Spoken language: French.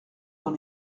dans